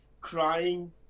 crying